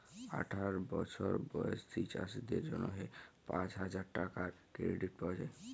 আঠার বসর বয়েসী চাষীদের জ্যনহে পাঁচ হাজার টাকার কেরডিট পাউয়া যায়